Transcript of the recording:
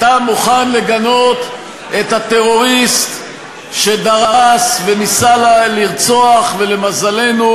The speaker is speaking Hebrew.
אתה מוכן לגנות את הטרוריסט שדרס וניסה לרצוח ולמזלנו,